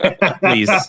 please